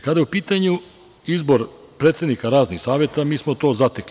Kada je u pitanju izbor predsednika raznih saveta, mi smo to zatekli.